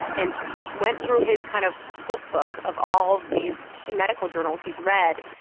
and he went through his kind of flip book of all these medical journals he has read,